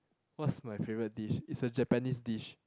what's my favourite dish is a Japanese dish